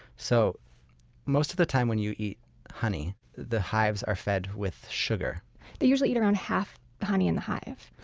so most of the time when you eat honey, the hives are fed with sugar they usually eat around half the honey in the hive.